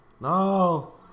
No